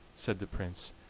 said the prince,